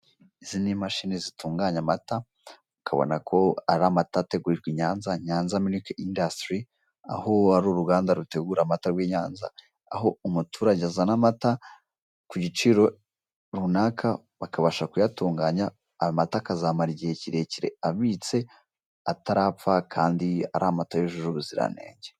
Izi ni imashini zitunganya amata. Ukabona ko ari amata ategurirwa i Nyanza, Nyanza Miliki Indasituri, aho ari uruganda rutegura amata rw'i Nyanza, aho umuturage azana amata ku giciro runaka bakabasha kuyatunganya, ayo mata akazamara igihe kirekire abitse, atarapfa, kandi ari amata yujuje ubuziranenge.